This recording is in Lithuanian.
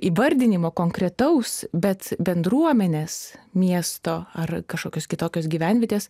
įvardinimo konkretaus bet bendruomenės miesto ar kažkokios kitokios gyvenvietės